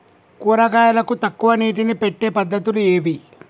కూరగాయలకు తక్కువ నీటిని పెట్టే పద్దతులు ఏవి?